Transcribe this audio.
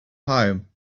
home